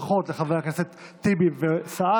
ברכות לחברת הכנסת קרן ברק.